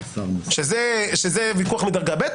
שזה ויכוח מדרגה ב'.